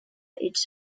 its